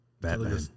Batman